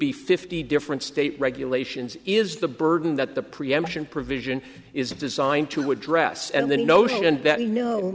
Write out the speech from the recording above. be fifty different state regulations is the burden that the preemption provision is designed to address and the notion that you know